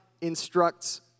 instructs